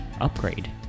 upgrade